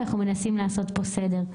אנחנו מנסים לעשות פה סדר.